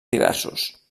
diversos